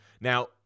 now